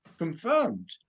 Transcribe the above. confirmed